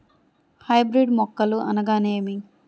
Hybrid మొక్కలు అనగానేమి?